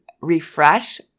refresh